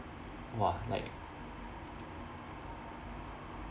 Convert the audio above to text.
!wah! like